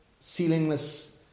ceilingless